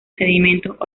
sedimentos